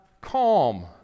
calm